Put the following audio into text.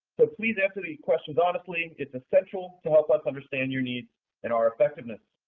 so please answer the questions honestly. it's essential to help us understand your needs and our effectiveness.